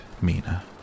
Mina